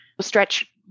stretch